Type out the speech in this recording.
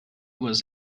was